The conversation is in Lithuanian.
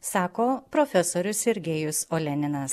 sako profesorius sergejus oleninas